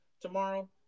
tomorrow